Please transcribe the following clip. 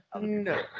No